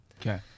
Okay